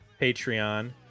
Patreon